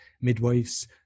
midwives